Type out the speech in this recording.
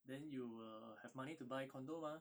then you will have money to buy condo mah